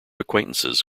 acquaintances